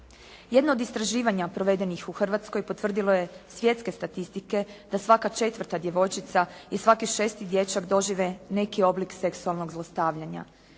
Jedno od istraživanja provedenih u Hrvatskoj potvrdilo je svjetske statistike da svaka 4. djevojčica i svaki 6. dječak dožive neki oblik seksualnog zlostavljanja.